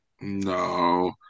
No